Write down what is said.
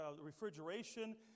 refrigeration